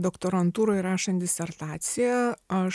doktorantūroj ir rašant disertaciją aš